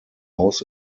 haus